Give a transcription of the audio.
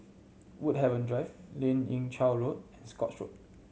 Woodhaven Drive Lien Ying Chow Road Scotts Road